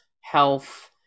health